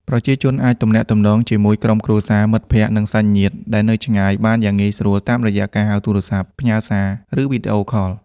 ប្រជាជនអាចទំនាក់ទំនងជាមួយក្រុមគ្រួសារ មិត្តភក្តិ និងសាច់ញាតិដែលនៅឆ្ងាយបានយ៉ាងងាយស្រួលតាមរយៈការហៅទូរស័ព្ទ ផ្ញើសារ ឬវីដេអូខល។